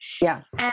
Yes